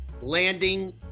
landing